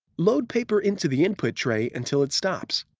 load paper into the input tray until it stops.